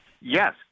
Yes